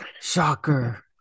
Shocker